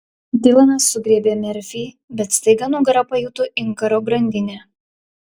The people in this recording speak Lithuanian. dilanas sugriebė merfį bet staiga nugara pajuto inkaro grandinę